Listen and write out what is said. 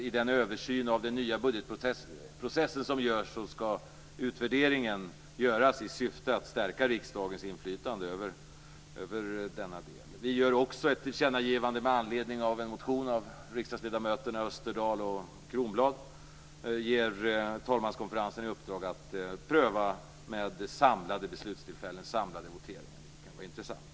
I den översyn som görs av den nya budgetprocessen skall utvärderingen göras i syfte att stärka riksdagens inflytande över denna del. Vi gör också ett tillkännagivande med anledning av en motion av riksdagsledamöterna Österberg och Kronblad. Vi ger talmanskonferensen i uppdrag att pröva samlade beslutstillfällen, samlade voteringar. Det kan vara intressant.